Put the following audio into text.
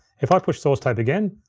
if i push source tape again,